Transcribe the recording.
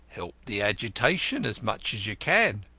help the agitation as much as you can.